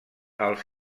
els